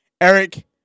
Eric